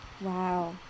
Wow